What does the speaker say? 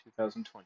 2020